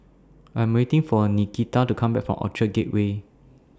I Am waiting For Nikita to Come Back from Orchard Gateway